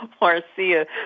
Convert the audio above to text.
Marcia